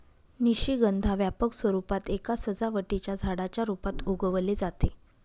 निशिगंधा व्यापक स्वरूपात एका सजावटीच्या झाडाच्या रूपात उगवले जाते